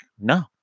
no